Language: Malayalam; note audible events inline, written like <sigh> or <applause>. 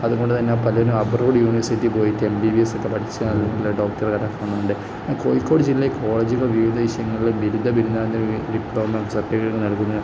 അതുകൊണ്ടു തന്നെ പലരും അബ്രോഡ് യൂണിവേഴ്സിറ്റി പോയി എം ബി ബി എസ് ഒക്കെ പഠിച്ച് അതി <unintelligible> ള്ള ഡോക്ടർ <unintelligible> ന്നുണ്ട് കോഴിക്കോട് ജില്ലയിലെ കോളേജുകള് വിവിധ വിഷയങ്ങളില് ബിരുദ ബിരുദാനന്തര ഡിപ്ലോമ സർട്ടിഫിക്കറ്റുകൾ നൽകുന്നത്